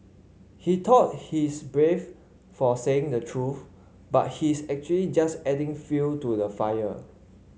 he thought he's brave for saying the truth but he's actually just adding fuel to the fire